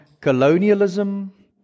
colonialism